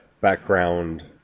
background